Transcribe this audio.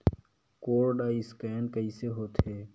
Code scan कइसे होथे?